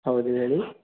ಹೌದು ಹೇಳಿ